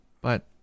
But